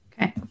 Okay